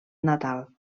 natal